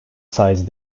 sizes